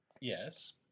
Yes